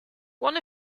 one